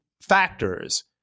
factors